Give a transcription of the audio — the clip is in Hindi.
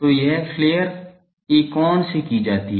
तो यह फ्लेयर एक कोण से की जाती है